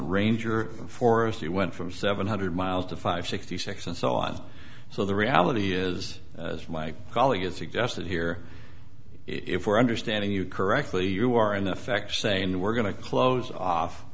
ranger forest you went from seven hundred miles to five sixty six and so on so the reality is as my colleague has suggested here if we're understanding you correctly you are in effect saying we're going to close off